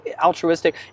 altruistic